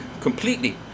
completely